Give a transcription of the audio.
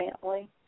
family